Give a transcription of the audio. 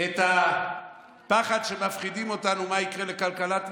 את הפחד שמפחידים אותנו מה יקרה לכלכלת ישראל,